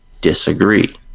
disagree